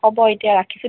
হ'ব এতিয়া ৰাখিছোঁ